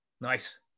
Nice